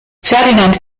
ferdinand